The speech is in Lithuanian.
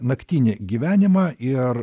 naktinį gyvenimą ir